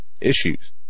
issues